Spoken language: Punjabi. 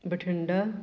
ਬਠਿੰਡਾ